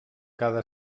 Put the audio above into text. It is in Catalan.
cada